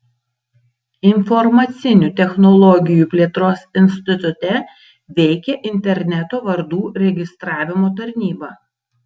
informacinių technologijų plėtros institute veikia interneto vardų registravimo tarnyba